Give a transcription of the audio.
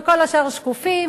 וכל השאר שקופים,